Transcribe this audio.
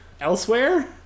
elsewhere